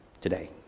today